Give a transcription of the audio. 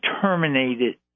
terminated